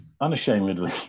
unashamedly